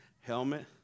Helmet